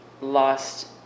lost